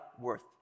worth